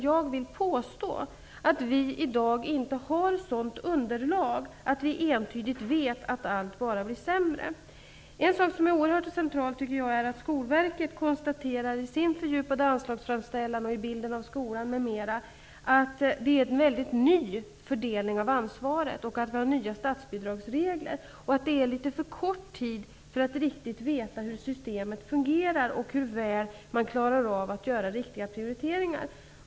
Jag vill påstå att vi i dag inte har ett sådant underlag att vi entydigt kan veta att allt bara blir sämre. En sak som är oerhört central är att Skolverket i sin fördjupade anslagsframställan och i bilden av skolan konstaterar att ansvarsfördelningen är ny och att statsbidragsreglerna är nya. Det har gått för kort tid för att man riktigt skall veta hur systemet fungerar och hur väl man klarar att göra riktiga prioriteringar.